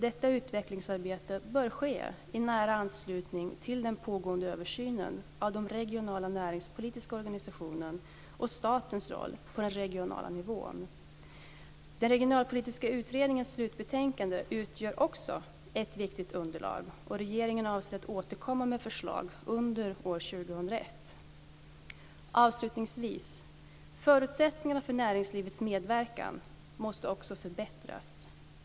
Detta utvecklingsarbete bör ske i nära anslutning till den pågående översynen av den regionala näringspolitiska organisationen och statens roll på den regionala nivån. Den regionalpolitiska utredningens slutbetänkande utgör också ett viktigt underlag. Regeringen avser att återkomma med förslag under år 2001. Avslutningsvis: Förutsättningarna för näringslivets medverkan måste också förbättras.